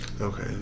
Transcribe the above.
okay